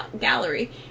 Gallery